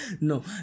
no